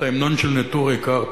וההמנון של נטורי-קרתא,